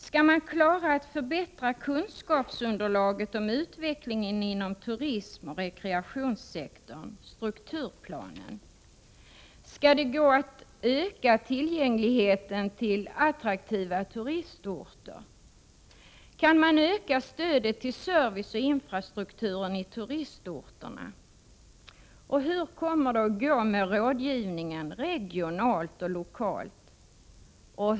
Skall man klara att förbättra kunskapsunderlaget när det gäller utvecklingen inom turismoch rekreationssektorn — ”strukturplanen”? Skall det gå att öka attraktiva turistorters tillgänglighet? Kan man öka stödet till service och infrastrukturen i turistorterna? Hur kommer det att gå med rådgivningen regionalt och lokalt?